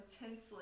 intensely